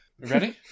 Ready